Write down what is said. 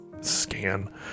scan